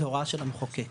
זה הוראה של המחוקק,